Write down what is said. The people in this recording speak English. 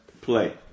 play